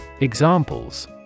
Examples